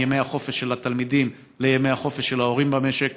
ימי החופש של התלמידים לימי החופש של ההורים במשק.